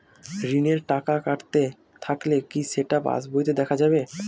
ঋণের টাকা কাটতে থাকলে কি সেটা পাসবইতে দেখা যাবে?